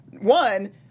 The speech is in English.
One